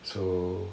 so